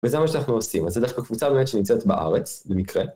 וזה מה שאנחנו עושים. אז זה דווקא קבוצה באמת שנמצאת בארץ, במקרה.